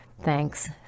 Thanks